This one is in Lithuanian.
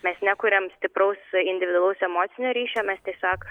mes nekuriam stipraus individualaus emocinio ryšio mes tiesiog